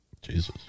Jesus